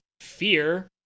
fear